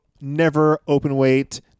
never-open-weight